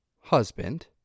husband